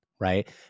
right